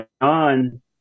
on